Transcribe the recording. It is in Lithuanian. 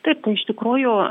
taip iš tikrųjų